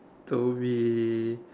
to be